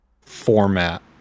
format